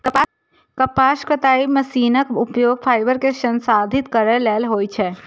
कपास कताइ मशीनक उपयोग फाइबर कें संसाधित करै लेल होइ छै